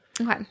Okay